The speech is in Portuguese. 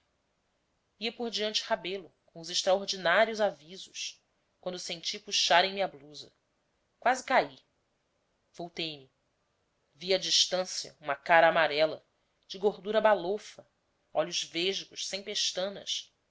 ia por diante rebelo com os extraordinários avisos quando senti puxarem me a blusa quase cai voltei-me vi a distancia uma cara amarela de gordura balofa olhos vesgos sem pestanas